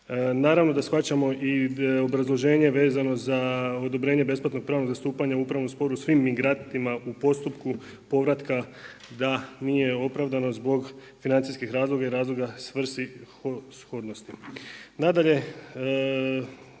Naravno da shvaćamo i obrazloženje vezano za odobrenje besplatnog pravnog zastupanja u upravnom sporu svim migrantima u postupku povratka da nije opravdano zbog financijskih razloga i razloga svrsishodnosti. Nadalje,